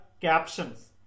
captions